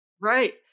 Right